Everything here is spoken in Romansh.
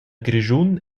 grischun